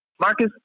Marcus